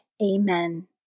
Amen